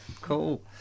Cool